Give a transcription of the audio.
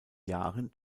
jahren